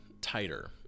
tighter